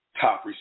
Top